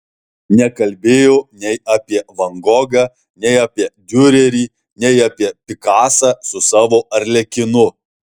nekalbėjo nei apie van gogą nei apie diurerį nei apie pikasą su savo arlekinu